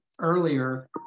earlier